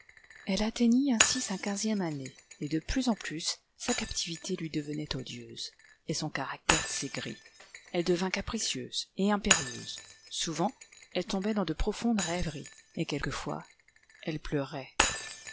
elle atteignit ainsi sa quinzième année cî de plus en plus sa captivité lui devenait odieuse et son caractère s'aigrit elle devint capricieuse et impérieuse souvent elle tombait dans de profondes rêveries et quelquefois elle pleurait